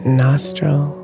nostril